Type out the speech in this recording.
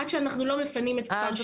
עד שאנחנו לא מפנים את כפר שלם.